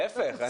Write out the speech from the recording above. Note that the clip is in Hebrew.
להיפך,